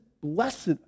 Blessed